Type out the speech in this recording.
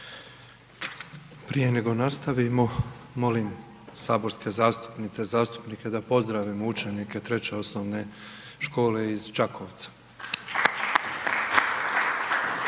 Prije nego nastavimo, molim saborske zastupnice i zastupnike da pozdravimo učenike Treće osnovne škole iz Čakovca.